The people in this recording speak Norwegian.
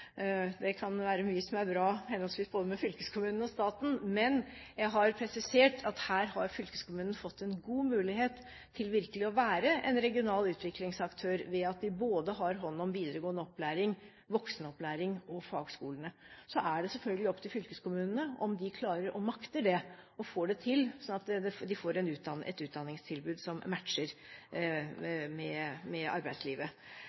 Det er mye som kan være bra med henholdsvis fylkeskommunen og staten, men jeg har presisert at her har fylkeskommunen fått en god mulighet til virkelig å være en regional utviklingsaktør ved at de både har hånd om videregående opplæring, voksenopplæring og fagskolene. Så er det selvfølgelig opp til fylkeskommunene om de makter, og får det til, sånn at de får et utdanningstilbud som matcher med arbeidslivet.